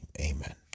Amen